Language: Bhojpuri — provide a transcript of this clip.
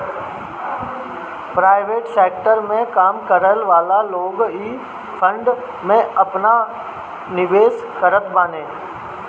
प्राइवेट सेकटर में काम करेवाला लोग इ फंड में आपन निवेश करत बाने